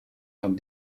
van